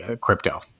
crypto